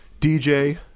dj